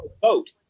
vote